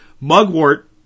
Mugwort